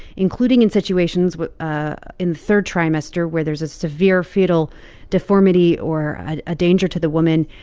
including in situations but ah in third trimester where there's a severe fetal deformity or ah a danger to the woman.